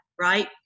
right